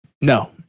No